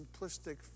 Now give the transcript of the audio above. simplistic